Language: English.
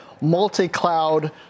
multi-cloud